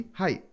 hi